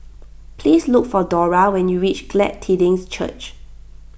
please look for Dora when you reach Glad Tidings Church